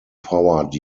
powered